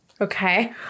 Okay